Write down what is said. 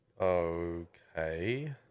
Okay